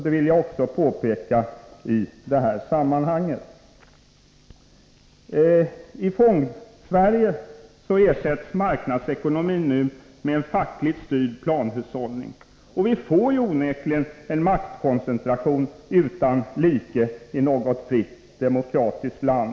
Det vill jag också påpeka i detta sammanhang. I Fondsverige ersätts marknadsekonomin nu med fackligt styrd planhushållning. Vi får onekligen en maktkoncentration utan like i något fritt demokratiskt land.